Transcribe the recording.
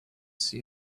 see